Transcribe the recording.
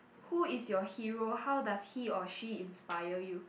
who is your hero how does he or she inspire you